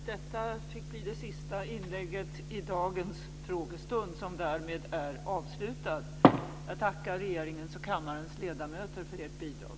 Detta fick bli det sista inlägget i dagens frågestund, som därmed är avslutad. Jag tackar regeringens och kammarens ledamöter för ert bidrag.